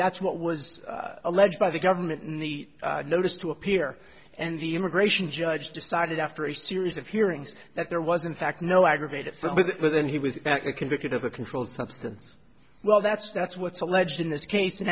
that's what was alleged by the government and the notice to appear and the immigration judge decided after a series of hearings that there wasn't fact no aggravated but then he was convicted of a controlled substance well that's that's what's alleged in this case and